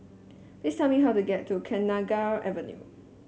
please tell me how to get to Kenanga Avenue